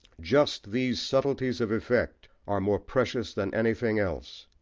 just these subtleties of effect are more precious than anything else.